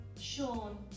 Sean